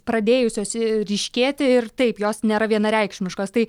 pradėjusios ryškėti ir taip jos nėra vienareikšmiškos tai